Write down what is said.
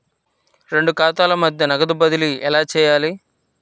రెండు ఖాతాల మధ్య నగదు బదిలీ ఎలా చేయాలి?